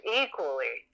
equally